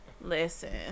Listen